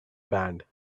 band